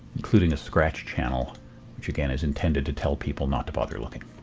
including a scratch channel which, again, is intended to tell people not to bother looking.